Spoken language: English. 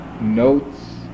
notes